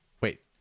Wait